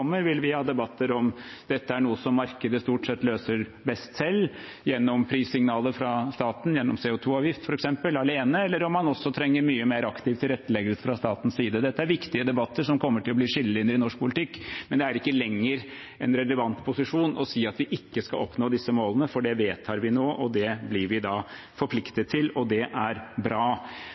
vil vi ha debatter om dette er noe som markedet stort sett løser best selv gjennom prissignaler fra staten alene – gjennom f.eks. CO2-avgift – eller om man trenger mye mer aktiv tilretteleggelse fra statens side. Dette er viktige debatter som kommer til å bli skillelinjer i norsk politikk. Men det er ikke lenger en relevant posisjon å si at vi ikke skal oppnå disse målene, for det vedtar vi nå, det blir vi forpliktet til, og det er bra.